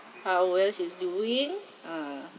how well she is doing uh